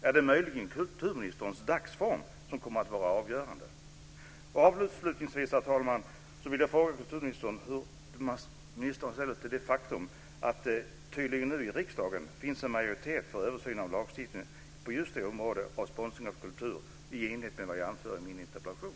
Är det möjligen kulturministerns dagsform som kommer att vara avgörande? Avslutningsvis, herr talman, vill jag fråga kulturministern hur ministern ställer sig till det faktum att det tydligen nu i riksdagen finns en majoritet för översyn av lagstiftningen på just detta område av sponsring av kultur i enlighet med vad jag anförde i min interpellation?